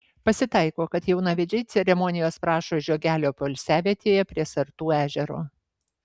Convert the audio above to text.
pasitaiko kad jaunavedžiai ceremonijos prašo žiogelio poilsiavietėje prie sartų ežero